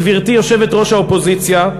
גברתי יושבת-ראש האופוזיציה,